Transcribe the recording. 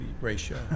ratio